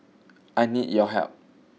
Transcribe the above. I need your help